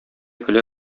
көлә